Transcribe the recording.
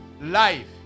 life